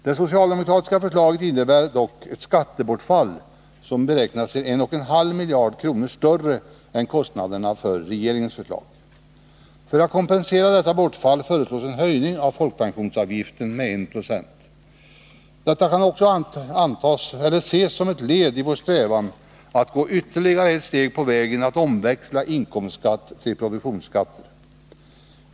Det socialdemokratiska förslaget innebär dock ett skattebortfall som beräknas till 1,5 miljard kronor mer än kostnaderna för regeringens förslag. För att kompensera detta bortfall föreslås en höjning av folkpensionsavgiften med 1 Jo. Detta kan också ses som ett led i vår strävan att gå ytterligare ett steg på vägen att omväxla inkomstskatt till produktionsskatt.